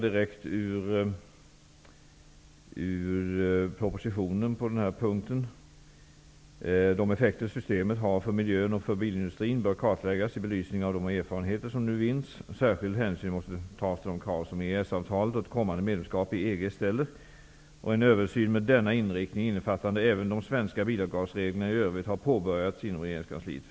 I propositionen står det: De effekter som systemet har för miljön och för bilindustrin bör kartläggas i belysning av de erfarenheter som nu vinns. Särskild hänsyn måste tas till de krav som EES-avtalet och ett kommande medlemskap i EG ställer. En översyn med denna inriktning innefattande även de svenska bilavgasreglerna i övrigt har påbörjats inom regeringskansliet.